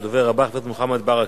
הדובר הבא, חבר הכנסת מוחמד ברכה.